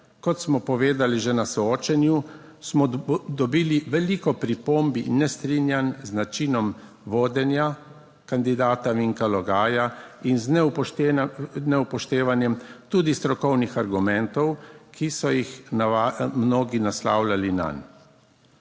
Kot smo povedali že na soočenju, smo dobili veliko pripomb in nestrinjanj z načinom vodenja kandidata Vinka Logaja in z neupoštevanjem tudi strokovnih argumentov, ki so jih mnogi naslavljali nanj.